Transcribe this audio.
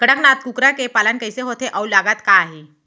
कड़कनाथ कुकरा के पालन कइसे होथे अऊ लागत का आही?